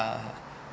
uh